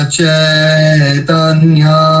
Chaitanya